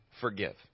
forgive